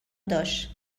داشت